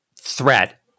threat